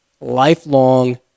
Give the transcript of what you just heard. lifelong